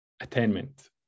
attainment